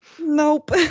Nope